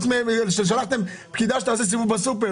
שלחתם פקידה שתעשה סיבוב בסופר,